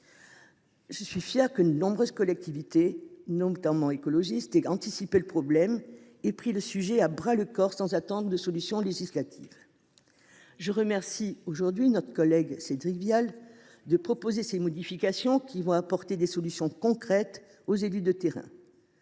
je suis fière que de nombreuses collectivités, notamment écologistes, aient anticipé le problème et pris le sujet à bras le corps sans attendre de solution législative. Je remercie notre collègue Cédric Vial de proposer les présentes modifications, qui apporteront des solutions concrètes aux élus de terrain.